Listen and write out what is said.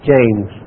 James